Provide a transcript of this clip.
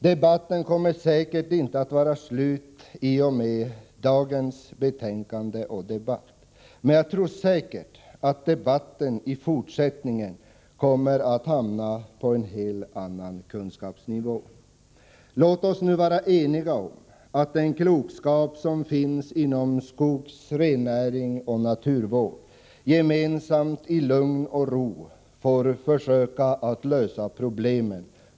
Debatten kommer säkert inte att vara slut i och med dagens betänkande och beslut, men jag tror att den kommer att vila på en helt annan kunskapsnivå. Låt oss nu vara eniga om att den klokskap som finns inom skogsvård, rennäring och naturvård får göra sig gällande, så att man gemensamt i lugn och ro får försöka lösa problemen.